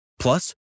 Plus